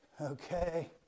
okay